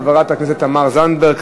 חברת הכנסת תמר זנדברג,